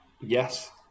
Yes